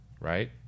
right